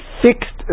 fixed